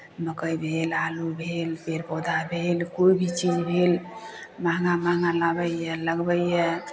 मकइ भेल आलू भेल पेड़ पौधा भेल कोइ भी चीज भेल महँगा महँगा लाबैए लगबैए